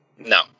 No